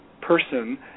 person